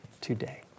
today